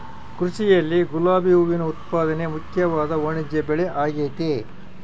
ಕೃಷಿಯಲ್ಲಿ ಗುಲಾಬಿ ಹೂವಿನ ಉತ್ಪಾದನೆ ಮುಖ್ಯವಾದ ವಾಣಿಜ್ಯಬೆಳೆಆಗೆತೆ